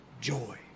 joy